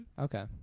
Okay